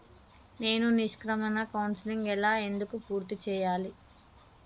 నేను నిష్క్రమణ కౌన్సెలింగ్ ఎలా ఎందుకు పూర్తి చేయాలి?